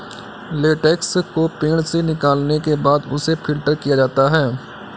latex को पेड़ से निकालने के बाद उसे फ़िल्टर किया जाता है